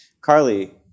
Carly